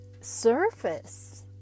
surface